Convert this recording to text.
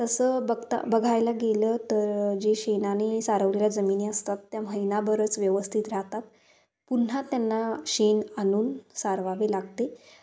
तसं बघता बघायला गेलं तर जे शेणाने सारवलेल्या जमिनी असतात त्या महिनाभरच व्यवस्थित राहतात पुन्हा त्यांना शेण आणून सारवावे लागते